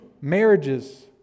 marriages